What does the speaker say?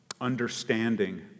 understanding